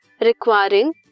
requiring